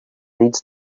needs